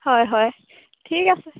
হয় হয় ঠিক আছে